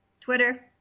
Twitter